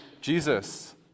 Jesus